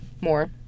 more